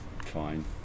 fine